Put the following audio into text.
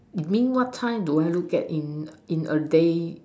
mean what time do I look at in a day